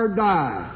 die